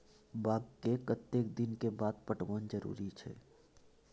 बाग के कतेक दिन के बाद पटवन जरूरी छै?